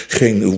geen